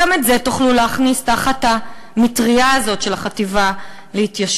גם את זה תוכלו להכניס תחת המטרייה הזאת של החטיבה להתיישבות.